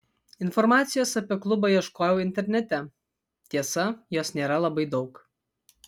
informacijos apie klubą ieškojau internete tiesa jos nėra labai daug